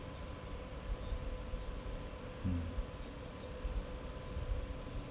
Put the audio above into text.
mm